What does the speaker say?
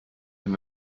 and